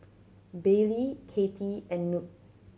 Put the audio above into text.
Baylie Kattie and Knute